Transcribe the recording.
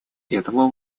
этого